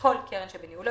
כל קרן שבניהולו,